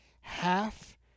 half